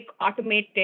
automated